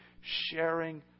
sharing